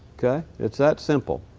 okay? it's that simple.